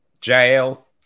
jail